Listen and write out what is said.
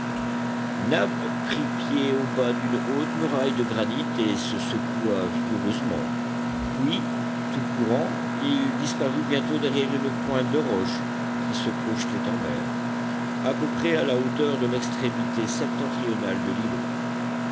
nab prit pied au bas d'une haute muraille de granit et se secoua vigoureusement puis tout courant il disparut bientôt derrière une pointe de roches qui se projetait en mer à peu près à la hauteur de l'extrémité septentrionale de l'îlot